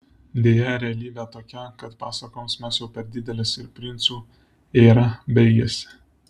deja realybė tokia kad pasakoms mes jau per didelės ir princų era baigėsi